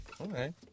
Okay